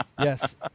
Yes